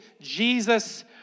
Jesus